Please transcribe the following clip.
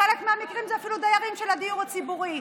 בחלק מהמקרים זה אפילו דיירים של הדיור הציבורי.